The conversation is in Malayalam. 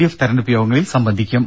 എഫ് തെരഞ്ഞെടുപ്പ് യോഗങ്ങളിൽ സംബന്ധിക്കും